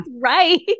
right